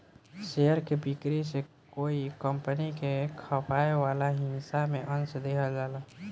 share के बिक्री से कोई कंपनी के खपाए वाला हिस्सा में अंस दिहल जाला